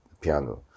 piano